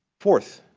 fourth,